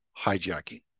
hijacking